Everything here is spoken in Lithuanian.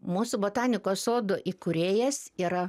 mūsų botanikos sodo įkūrėjas yra